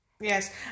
Yes